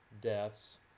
deaths